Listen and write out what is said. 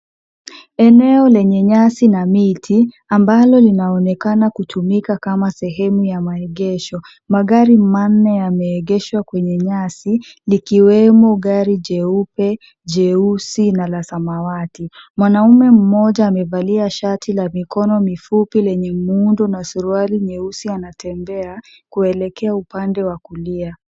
Eneo lenye nyasi na miti ambalo linaonekana kutumika kama sehemu ya maegesho. Magari manne yameegeshwa kwenye nyasi, likiwemo gari jeupe, jeusi na la samawati. Mwanamume mmoja amevalia shati la mikono mifupi lenye muundo na suruali nyeusi anatembea kuelekea upande wa kulia.